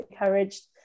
encouraged